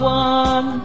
one